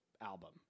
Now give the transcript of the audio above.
album